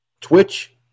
Twitch